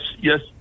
yes